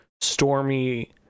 stormy